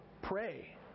Pray